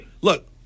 Look